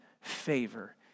favor